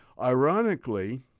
Ironically